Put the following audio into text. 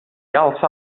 alça